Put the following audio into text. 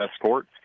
escort